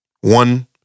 one